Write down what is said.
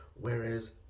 whereas